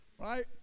right